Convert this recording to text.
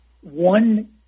one